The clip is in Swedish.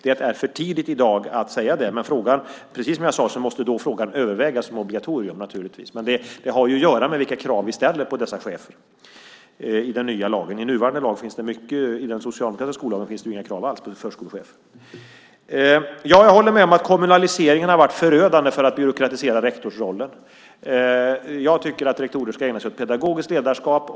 Det är för tidigt att säga det i dag. Men precis som jag sade måste frågan om obligatorium övervägas. Detta har att göra med vilka krav vi ställer på dessa chefer i den nya lagen. I den nuvarande socialdemokratiska skollagen finns det ju inga krav alls på förskolechefer. Jag håller med om att kommunaliseringen har varit förödande när det gäller att byråkratisera rektorsrollen. Jag tycker att rektorer ska ägna sig åt pedagogiskt ledarskap.